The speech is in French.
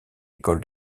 école